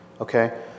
okay